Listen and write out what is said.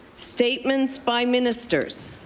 statements by ministers